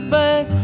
back